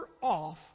off